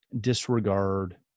disregard